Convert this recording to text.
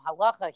Halacha